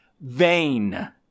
vain